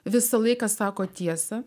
visą laiką sako tiesą